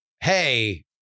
hey